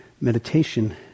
meditation